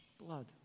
Blood